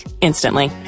instantly